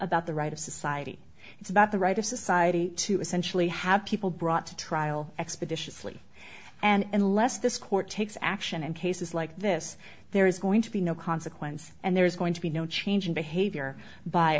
about the right of society it's that the right of society to essentially have people brought to trial expeditiously and less this court takes action in cases like this there is going to be no consequence and there's going to be no change in behavior by